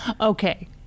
Okay